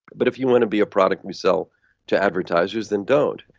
but if you want to be a product we sell to advertisers, then don't.